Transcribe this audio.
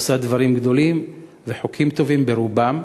עושה דברים גדולים וחוקים טובים ברובם,